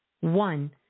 One